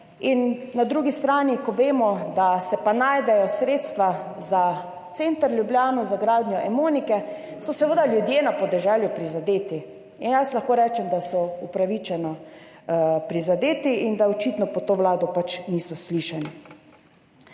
Na drugi strani, kot vemo, se pa najdejo sredstva za center Ljubljane, za gradnjo Emonike, in so seveda ljudje na podeželju prizadeti in jaz lahko rečem, da so upravičeno prizadeti in da očitno pod to vlado pač niso slišani.